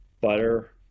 butter